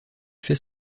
fait